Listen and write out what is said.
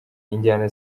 injyana